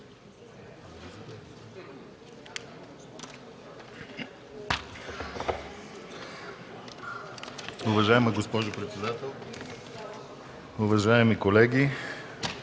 Уважаема госпожо председател, уважаеми колеги!